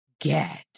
get